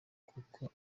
kuko